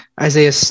Isaiah